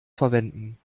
verwenden